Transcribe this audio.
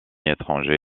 étranger